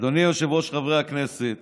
אדוני היושב-ראש, חברי הכנסת,